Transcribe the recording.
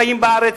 חיים בארץ,